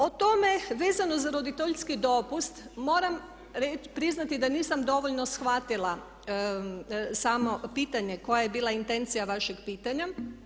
O tome vezano za roditeljski dopust moram priznati da nisam dovoljno shvatila samo pitanje koja je bila intencija vašeg pitanja.